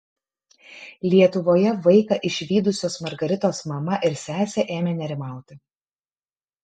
lietuvoje vaiką išvydusios margaritos mama ir sesė ėmė nerimauti